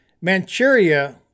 Manchuria